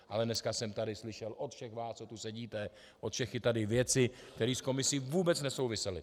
Ale dneska jsem tady slyšel od všech vás, co tu sedíte, od všech i tady věci, které s komisí vůbec nesouvisely.